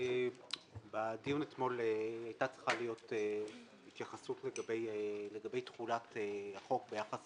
בדיון אתמול הייתה צריכה להיות התייחסות לגבי תחולת החוק ביחס